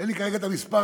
אין לי כרגע המספר,